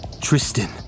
tristan